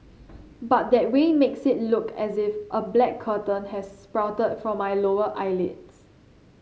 but that way makes it look as if a black curtain has sprouted from my lower eyelids